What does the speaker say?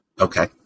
Okay